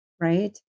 right